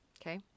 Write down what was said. Okay